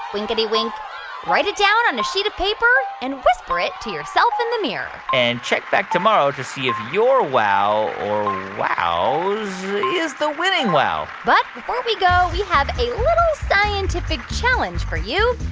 winkedy wink write it down on a sheet of paper and whisper it to yourself in the mirror and check back tomorrow to see if your wow or wows is the winning wow but before we go, we have a little scientific challenge for you.